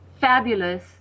fabulous